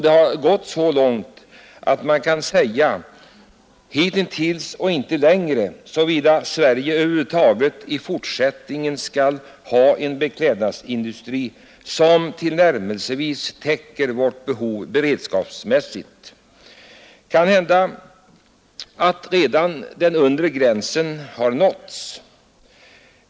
Det har gått så långt att man kan säga: Hitintills men inte längre, såvida Sverige över huvud taget i fortsättningen skall ha en beklädnadsindustri som tillnärmelsevis täcker våra behov beredskapsmässigt. Det är möjligt att den undre gränsen redan nåtts.